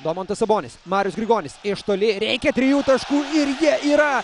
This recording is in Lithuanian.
domantas sabonis marius grigonis iš toli reikia trijų taškų ir jie yra